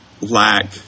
lack